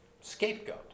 Scapegoat